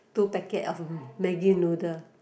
two packet of maggie noodle